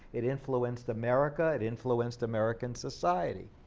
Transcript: it influenced america, it influenced american society.